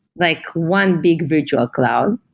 like one big virtual cloud.